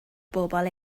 bobl